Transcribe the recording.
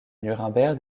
nuremberg